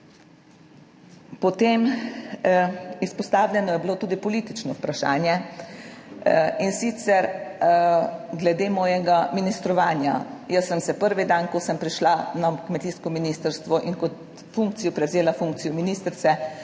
Potem izpostavljeno je bilo tudi politično vprašanje in sicer glede mojega ministrovanja. Jaz sem se prvi dan, ko sem prišla na kmetijsko ministrstvo in kot funkcijo prevzela funkcijo ministrice,